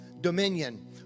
dominion